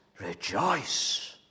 rejoice